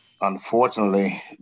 unfortunately